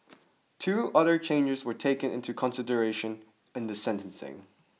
two other changes were taken into consideration in the sentencing